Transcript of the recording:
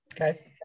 Okay